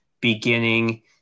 beginning